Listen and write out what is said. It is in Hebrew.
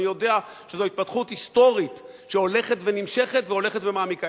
אני יודע שזו התפתחות היסטורית שהולכת ונמשכת והולכת ומעמיקה.